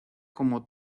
como